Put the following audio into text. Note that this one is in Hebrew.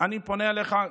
אני פונה אליך,